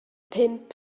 pump